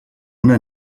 una